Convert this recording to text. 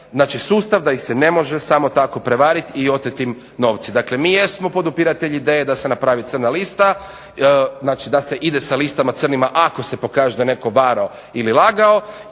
znači sustav da ih se ne može samo tako prevariti i oteti im novce. Dakle, mi jesmo podupiratelji ideje da se napravi crna lista, znači da se ide sa listama crnima ako se pokaže da je netko varao ili lagao